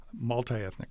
multi-ethnic